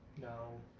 No